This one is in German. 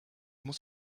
muss